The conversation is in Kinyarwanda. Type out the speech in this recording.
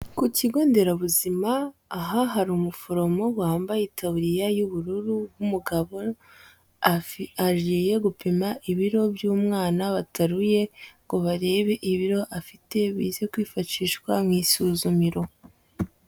Ku kigo nderabuzima, aha hari umuforomo wambaye itaburiya y'ubururu w'umugabo, agiye gupima ibiro by'umwana bataruye, ngo barebe ibiro afite, bize kwifashishwa mu isuzumiro.